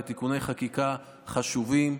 תיקוני חקיקה חשובים.